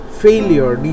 failure